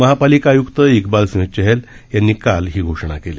महापालिका आय्क्त इकबाल सिंह चहल यांनी काल ही घोषणा केली